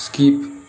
skip